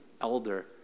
elder